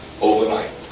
overnight